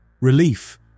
Relief